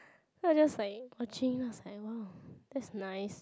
then I just like watching I was like !wow! that's nice